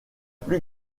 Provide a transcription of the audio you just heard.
plus